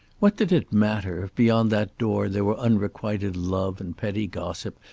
what did it matter if, beyond that door, there were unrequited love and petty gossip,